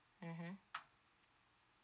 mmhmm